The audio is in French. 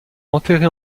enterré